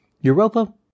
Europa